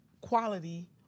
quality